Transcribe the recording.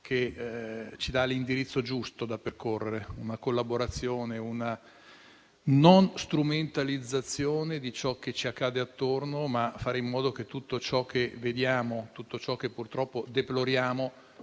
che ci dà l'indirizzo giusto da percorrere: una collaborazione, una non strumentalizzazione di ciò che ci accade attorno per fare in modo che tutto ciò che vediamo, tutto ciò che purtroppo deploriamo,